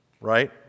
right